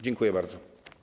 Dziękuję bardzo.